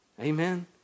Amen